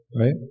right